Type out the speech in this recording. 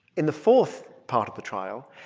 in the fourth part of the trial,